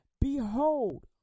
Behold